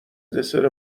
دسر